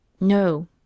No